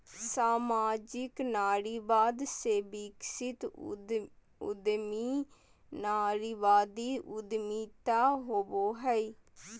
सामाजिक नारीवाद से विकसित उद्यमी नारीवादी उद्यमिता होवो हइ